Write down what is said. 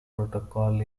protocol